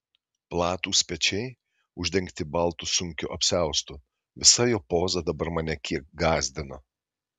platūs pečiai uždengti baltu sunkiu apsiaustu visa jo poza dabar mane kiek gąsdino